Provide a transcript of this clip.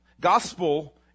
Gospel